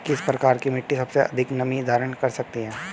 किस प्रकार की मिट्टी सबसे अधिक नमी धारण कर सकती है?